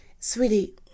sweetie